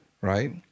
right